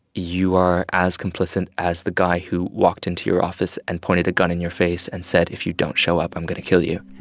you are as complicit as the guy who walked into your office and pointed a gun in your face and said, said, if you don't show up, i'm going to kill you